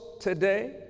today